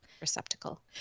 receptacle